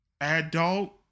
Adult